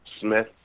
Smith